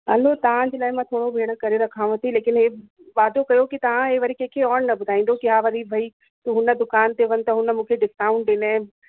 हलो तव्हांजे लाइ मां थोरो भेण करे रखांव थी लेकिन हे वादो कयो के तव्हां हे वरी कंहिंखे और न ॿुधाईंदौ के हा वरी भई हुन दुकान ते वञ त हुन मूंखे डिस्काउंट ॾिने